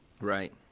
Right